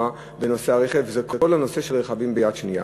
בנושא הרכב: זה כל הנושא של רכב יד שנייה.